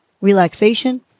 relaxation